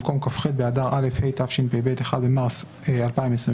במקום כ"ח באדר א' התשפ"ב (1 במרץ 2022),